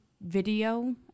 video